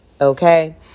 Okay